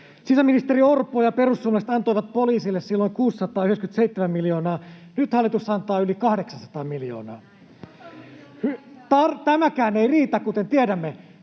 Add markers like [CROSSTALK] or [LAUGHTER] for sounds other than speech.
Sisäministeri Orpo ja perussuomalaiset antoivat poliisille silloin 697 miljoonaa, ja nyt hallitus antaa yli 800 miljoonaa. [NOISE] Tämäkään ei riitä, kuten tiedämme.